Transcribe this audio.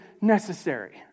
necessary